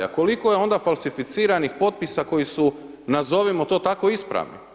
A koliko je onda falsificiranih potpisa koji su nazovimo to tako ispravni.